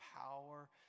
power